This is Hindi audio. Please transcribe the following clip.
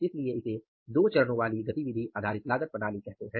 इसलिए इसे दो चरणों वाली गतिविधि कहते हैं